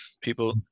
People